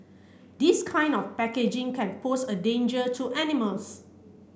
this kind of packaging can pose a danger to animals